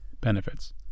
benefits